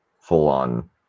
full-on